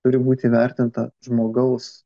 turi būt įvertinta žmogaus